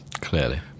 Clearly